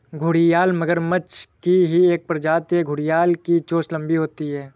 घड़ियाल मगरमच्छ की ही एक प्रजाति है घड़ियाल की चोंच लंबी होती है